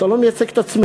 אתה לא מייצג את עצמך,